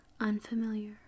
Unfamiliar